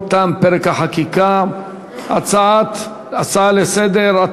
הצעת החוק נתקבלה בקריאה